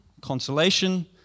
consolation